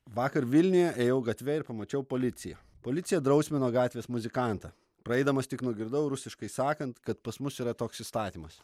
vakar vilniuje ėjau gatve ir pamačiau policiją policija drausmino gatvės muzikantą praeidamas tik nugirdau rusiškai sakant kad pas mus čia yra toks įstatymas